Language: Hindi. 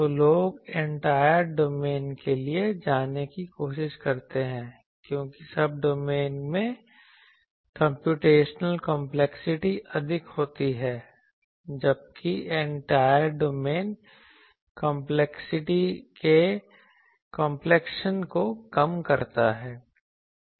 तब लोग एंटायर डोमेन के लिए जाने की कोशिश करते हैं क्योंकि सब्डोमेन में कम्प्यूटेशनल कंपलेक्सिटी अधिक होती है जबकि एंटायर डोमेन कंपलेक्सिटी के कांप्लेक्शन को कम करता है